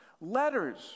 Letters